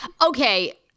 Okay